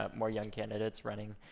ah more young candidates running,